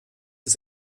des